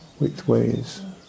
widthways